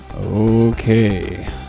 Okay